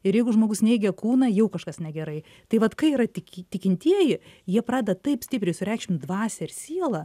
ir jeigu žmogus neigia kūną jau kažkas negerai tai vat kai yra tik tikintieji jie pradeda taip stipriai sureikšmint dvasią ir sielą